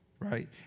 Right